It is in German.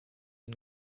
ein